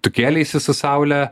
tu kėleisi su saule